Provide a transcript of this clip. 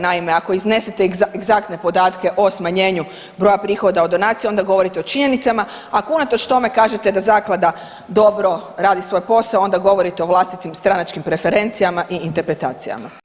Naime, ako iznesete egzaktne podatke o smanjenju broja prihoda od donacija onda govorite o činjenicama, ako unatoč tome kažete da zaklada dobro radi svoj posao onda govorite o vlastitim stranačkim preferencijama i interpretacijama.